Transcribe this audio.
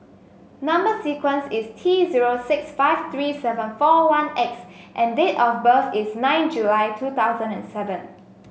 number sequence is T zero six five three seven four one X and date of birth is nine July two thousand and seven